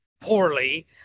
poorly